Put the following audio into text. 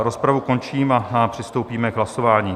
Rozpravu končím a přistoupíme k hlasování.